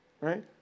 right